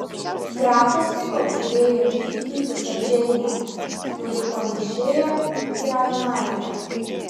grafas taip pat žiūrėjo į įpykusią džeinę kuri panėšėjo į raganaitę